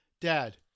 dad